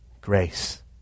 Grace